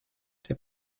der